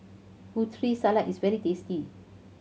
Putri Salad is very tasty